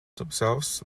themselves